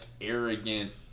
arrogant